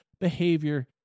behavior